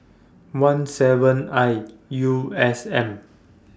one seven I U S N